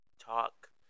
talk